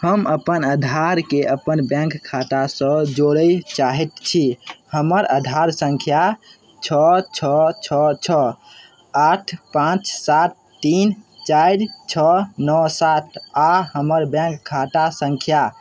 हम अपन आधारकेँ अपन बैँक खातासँ जोड़ै चाहै छी हमर आधार सँख्या छओ छओ छओ छओ आठ पाँच सात तीन चारि छओ नओ सात आओर हमर बैँक खाता सँख्या